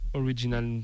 original